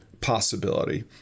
Possibility